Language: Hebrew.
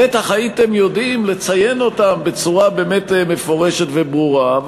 בטח הייתם יודעים לציין אותן בצורה באמת מפורשת וברורה.